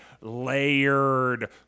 layered